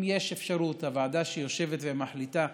הוועדה שיושבת ומחליטה,